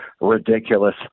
ridiculous